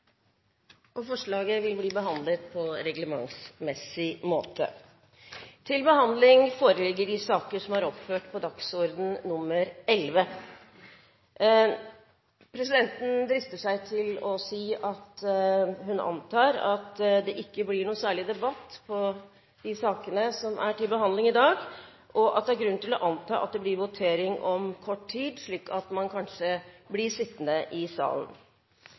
Forslaget vil bli behandlet på reglementsmessig måte. Presidenten drister seg til å si at hun antar at det ikke blir noe særlig debatt i de sakene som er til behandling i dag, og at det er grunn til å anta at det blir votering om kort tid, slik at man kanskje blir sittende i salen.